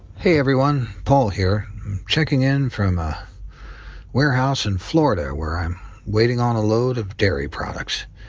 hey everyone. paul here checking in from a warehouse in florida where i'm waiting on a load of dairy products.